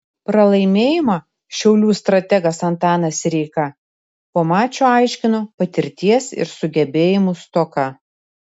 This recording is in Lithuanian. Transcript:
pralaimėjimą šiaulių strategas antanas sireika po mačo aiškino patirties ir sugebėjimų stoka